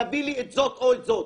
תביא לי את זאת או את זאת.